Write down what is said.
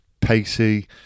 pacey